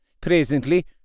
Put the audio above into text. Presently